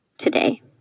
Today